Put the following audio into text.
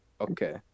Okay